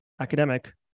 academic